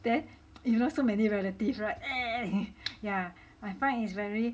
then you know so many relative [right] eh yeah I find is very